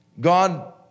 God